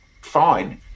fine